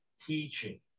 teaching